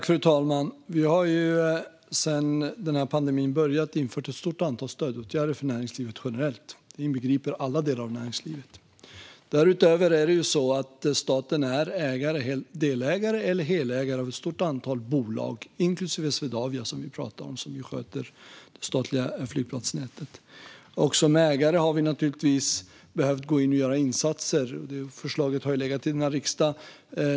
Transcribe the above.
Fru talman! Vi har sedan pandemin började infört ett stort antal stödåtgärder för näringslivet generellt. Det inbegriper alla delar av näringslivet. Därutöver är staten delägare eller helägare till ett stort antal bolag, inklusive Swedavia, som ju sköter det statliga flygplatsnätet. Som ägare har vi naturligtvis behövt gå in och göra insatser. Förslaget har legat här i riksdagen.